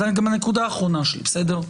זו גם הנקודה האחרונה שלי, בסדר?